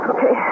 Okay